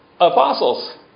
apostles